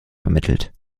vermittelt